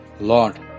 Lord